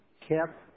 kept